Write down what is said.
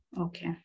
Okay